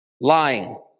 lying